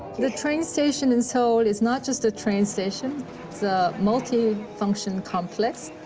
the train station in seoul is not just a train station. it's a multifunction complex.